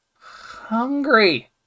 Hungry